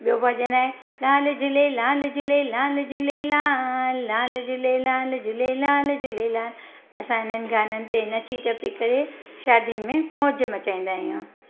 ॿियो भॼनु आहे असां इन्हनि गाननि ते नची टपी करे शादियुनि में मौज मचाईंदा आहियूं